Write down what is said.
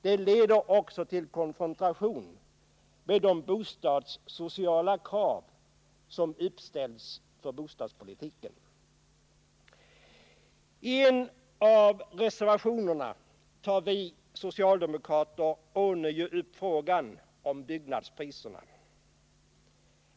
Det leder också till konfrontation med de bostadssociala mål som har uppställts för bostadspolitiken. I en av reservationerna tar vi socialdemokrater ånyo upp frågan om byggnadspriserna.